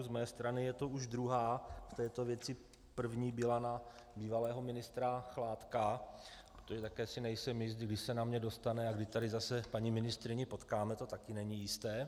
Z mé strany je to už druhá v této věci, první byla na bývalého ministra Chládka, protože také si nejsem jist, kdy se na mě dostane a kdy tady zase paní ministryni potkáme, to také není jisté.